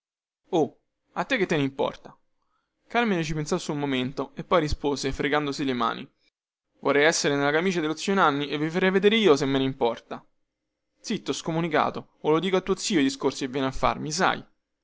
a te che te ne importa carmine ci pensò su un momento e poi rispose fregandosi le mani vorrei essere nella camicia dello zio nanni e vi farei vedere se me ne importa zitto scomunicato o lo dico a tuo zio i discorsi che vieni a farmi sai